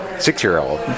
six-year-old